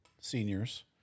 seniors